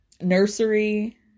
nursery